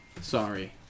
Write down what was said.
Sorry